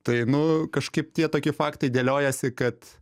tai nu kažkaip tie tokie faktai dėliojasi kad